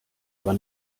aber